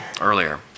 earlier